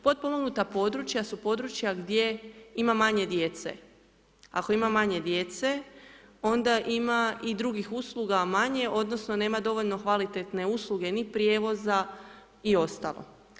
Potpomognuta područja su područja gdje ima manje djece, ako ima manje djece onda ima i drugih usluga manje odnosno nema dovoljno kvalitetne usluge ni prijevoza i ostalo.